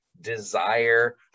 desire